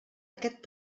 aquest